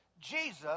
Jesus